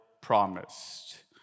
promised